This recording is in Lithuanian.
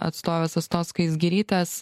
atstovės astos skaisgirytės